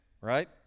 right